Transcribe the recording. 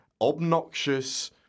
obnoxious